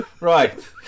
right